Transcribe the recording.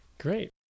Great